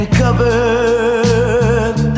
covered